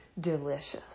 delicious